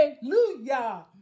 Hallelujah